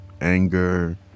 anger